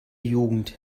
jugend